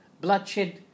bloodshed